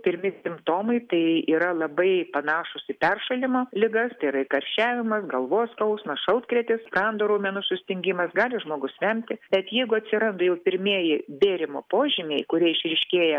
pirmi simptomai tai yra labai panašūs į peršalimo ligas tai yra karščiavimas galvos skausmas šaltkrėtis sprando raumenų sustingimas gali žmogus vemti bet jeigu atsiranda jau pirmieji bėrimo požymiai kurie išryškėja